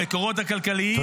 המקורות הכלכליים,